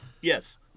Yes